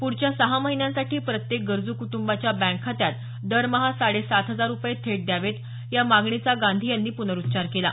पुढच्या सहा महिन्यांसाठी प्रत्येक गरजू कुटुंबाच्या बँक खात्यात दरमहा साडे सात हजार रुपये थेट द्यावेत या मागणीचा गांधी यांनी पुनरुच्चार केला